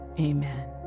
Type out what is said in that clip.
amen